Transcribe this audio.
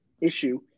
issue